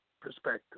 perspective